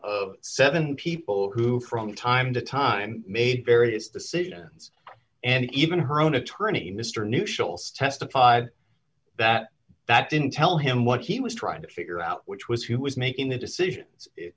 of seven people who from time to time made various decisions and even her own attorney mr new show also testified that that didn't tell him what he was trying to figure out which was who was making the decisions